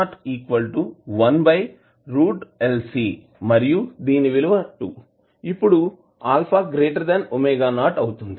ఇప్పుడు మరియు దీని విలువ 2 ఇప్పుడు అవుతుంది